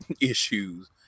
issues